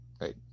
Right